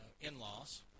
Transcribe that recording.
in-laws